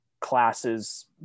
classes